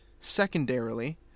Secondarily